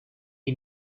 you